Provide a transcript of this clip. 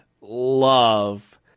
love